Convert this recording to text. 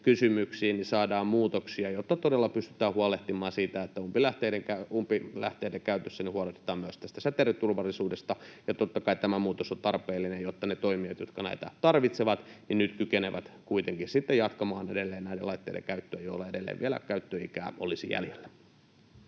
kysymyksiin saadaan muutoksia, jotta todella pystytään huolehtimaan siitä, että umpilähteiden käytössä huolehditaan myös tästä säteilyturvallisuudesta. Totta kai tämä muutos on tarpeellinen, jotta ne toimijat, jotka näitä tarvitsevat, kykenevät kuitenkin nyt jatkamaan näiden laitteiden käyttöä, joilla edelleen vielä käyttöikää olisi jäljellä.